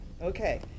Okay